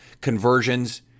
conversions